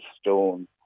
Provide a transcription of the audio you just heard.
stone